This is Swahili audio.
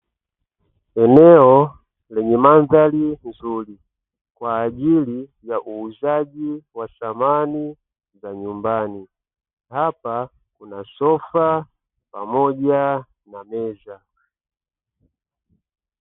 Eneo lenye mandhari nzuri kwa ajili ya uuzaji wa samani za nyumbani, hapa kuna sofa pamoja na meza.